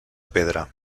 pedra